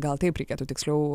gal taip reikėtų tiksliau